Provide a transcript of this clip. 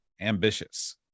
Ambitious